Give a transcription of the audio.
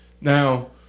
Now